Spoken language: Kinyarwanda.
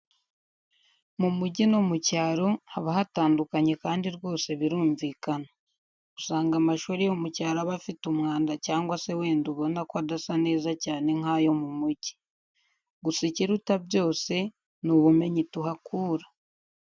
Mu mujyi no mu cyaro haba hatandukanye kandi rwose birumvikana. Usanga amashuri yo mu cyaro aba afite umwanda cyangwa se wenda ubona ko adasa neza cyane nk'ayo mu mujyi. Gusa ikiruta byose, ni ubumenyi tuhakura.